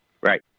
Right